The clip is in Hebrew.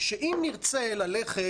שאם נרצה ללכת,